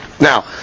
Now